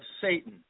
Satan